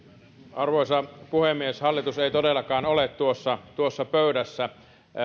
arvoisa puhemies hallitus ei todellakaan ole tuossa tuossa pöydässä